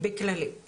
בכללי,